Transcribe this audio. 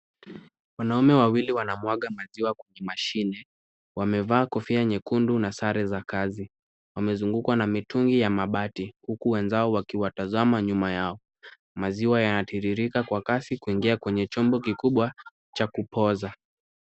Wanaume wawili wanamwaga maziwa kwenye mashine, wamevaa kofia nyekundu na sare za kazi, wamezungukwa na mitungi ya mabati huku wenzao wakiwatazama nyuma yao, maziwa yanatiririka kwa kasi kuingia kwenye chombo kikubwa cha kupoza.